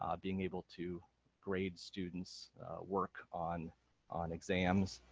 um being able to grade students work on on exams.